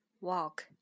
walk